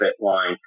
line